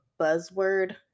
buzzword